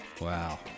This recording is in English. Wow